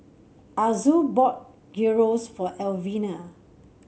Azul bought Gyros for Elvina